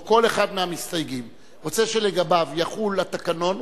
או כל אחד מהמסתייגים רוצה שלגביו יחול התקנון,